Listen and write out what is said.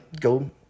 go